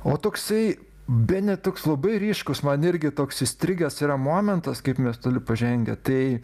o toksai bene toks labai ryškus man irgi toks įstrigęs yra momentas kaip mes toli pažengę tai